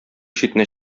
читенә